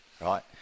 right